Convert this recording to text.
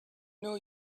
know